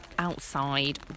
outside